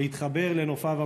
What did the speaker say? להתחבר לנופיו המרהיבים,